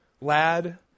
lad